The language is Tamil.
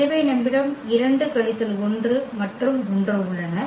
எனவே நம்மிடம் 2 கழித்தல் 1 மற்றும் 1 உள்ளன